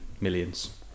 millions